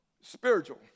spiritual